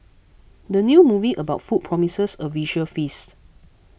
the new movie about food promises a visual feast